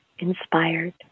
Inspired